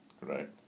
right